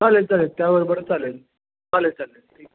चालेल चालेल त्याबरोबर चालेल चालेल चालेल ठीक